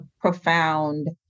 profound